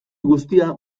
guztia